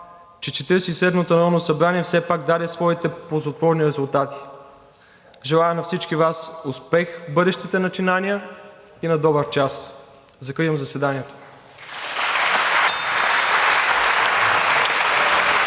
че Четиридесет и седмото народно събрание все пак даде своите ползотворни резултати. Желая на всички вас успех в бъдещите начинания и на добър час! Закривам заседанието. (Звъни.)